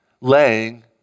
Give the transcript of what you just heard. laying